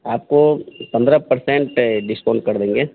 आपको पन्द्रह पर्सेंट पर डिस्काउंट कर देंगे